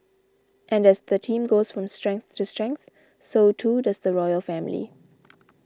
and as the team goes from strength to strength so too does the royal family